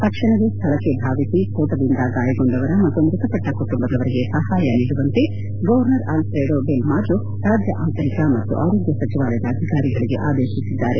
ತಕ್ಷಣವೇ ಸ್ಥಳಕ್ಕೆ ಧಾವಿಸಿ ಸ್ಫೋಟದಿಂದ ಗಾಯಗೊಂಡವರ ಮತ್ತು ಮೃತಪಟ್ಟ ಕುಟುಂಬದವರಿಗೆ ಸಹಾಯ ನೀಡುವಂತೆ governor Alfredo Del Mazo ರಾಜ್ಯ ಆಂತರಿಕ ಮತ್ತು ಆರೋಗ್ತ ಸಚಿವಾಲಯದ ಅಧಿಕಾರಿಗಳಿಗೆ ಆದೇಶಿಸಿದ್ದಾರೆ